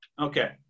Okay